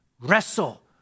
wrestle